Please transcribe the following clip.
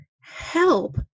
help